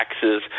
taxes